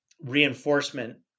reinforcement